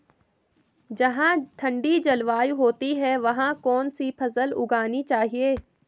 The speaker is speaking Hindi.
जहाँ ठंडी जलवायु होती है वहाँ कौन सी फसल उगानी चाहिये?